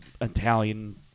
Italian